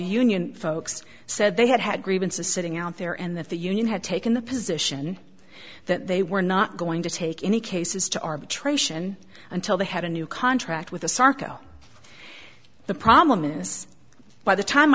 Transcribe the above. union folks said they had had grievances sitting out there and that the union had taken the position that they were not going to take any cases to arbitration until they had a new contract with asarco the promise by the time